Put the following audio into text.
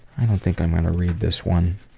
i don't think i'm gonna read this one,